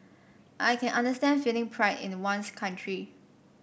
I can understand feeling pride in the one's country